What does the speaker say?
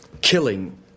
killing